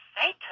Satan